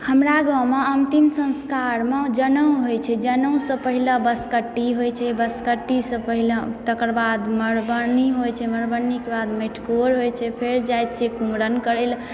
हमरा गाँवमे अंतिम संस्कारमे जनउ होइ छै जनउ सऽ पहिले बसकट्टी होइ छै बसकट्टी सऽ पहिलऽ तकर बाद मरब बन्ही होइ छै मरब बन्ही के बाद मैटकोर होइ छै फेर जाइ छियै कुमरन करै लऽ